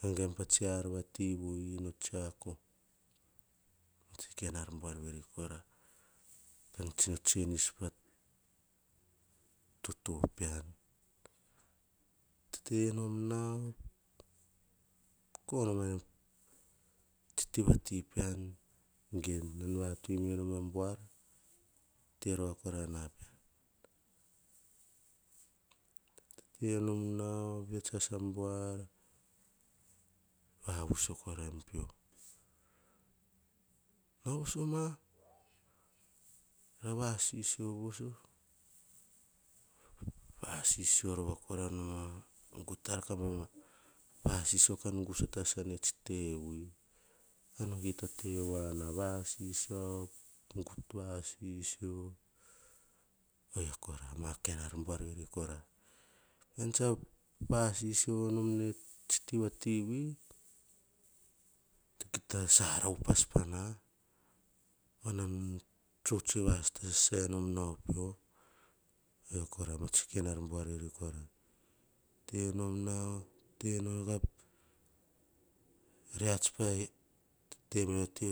Gaga em pa tsi ar vati vui no tsiako. Tsi kain ar buar veri kora kan tsino tenis pa toto pean, tete nom nao. Komana e tsi ti vati pean, nan vatoi ve nom a buar, tekorana pean. Tete nom nao vets tsa asa a buar, vavui sakoraim pio. Nao vosoma, kara vasisio voso, vasisio rova gut ar ka baim vasisio, ka nugusa sasa a mia tsiti vui. Ano kita tevoana, vasisio gut vasisio, ovia kora ma kain abuanvani kora. Ean tsa vasisio nom nao etsiti vati vui. Kita sara upas pana, panan tsotsoe va sata sasai nom pio. Oyia kora ama tsi kain ar buanavi kora, tenom nao, ka re ats ati